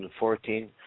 2014